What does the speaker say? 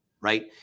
right